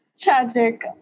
tragic